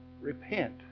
Repent